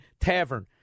Tavern